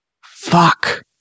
Fuck